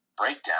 breakdown